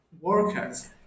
workers